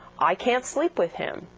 i can't sleep with him,